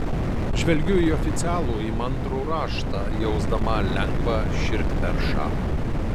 žvelgiu į oficialų įmantrų raštą jausdama lengvą širdperšą